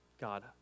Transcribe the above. God